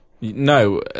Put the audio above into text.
no